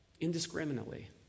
indiscriminately